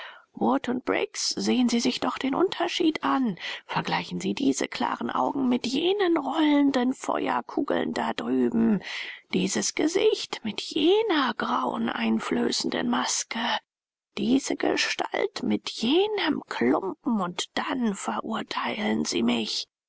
und briggs sehen sie sich doch den unterschied an vergleichen sie diese klaren augen mit jenen rollenden feuerkugeln da drüben dieses gesicht mit jener graueneinflößenden maske diese gestalt mit jenem klumpen und dann verurteilen sie mich